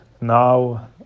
now